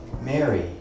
Mary